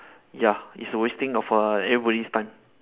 ya it's a wasting of err everybody's time